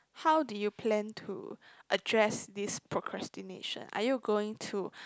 how do you plan to address this procrastination are you going to